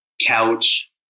couch